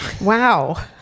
Wow